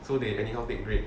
so they anyhow take great